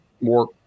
more –